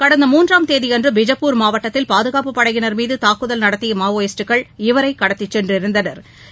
கடந்த மூன்றாம் தேதி அன்று பிஜப்பூர் மாவட்டத்தில் பாதுகாப்பு படையினர் மீது தூக்குதல் நடத்திய மாவோயிஸ்ட்கள் இவரை கடத்தி சென்றிருந்தனா்